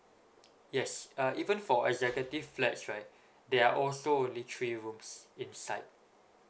yes uh even for executive flats right there are also only three rooms inside